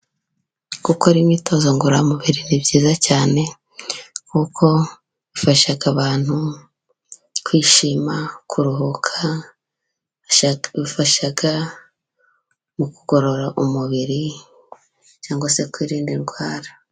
Gukora imyitozo ngororamubiri ni byiza cyane kuko bifasha abantu kwishima, kuruhuka, bifasha mu kugorora umubiri cyangwa se kwirinda indwara.